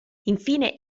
infine